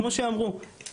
כמו שאמרו,